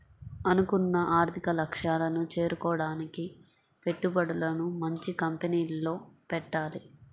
అనుకున్న ఆర్థిక లక్ష్యాలను చేరుకోడానికి పెట్టుబడులను మంచి కంపెనీల్లో పెట్టాలి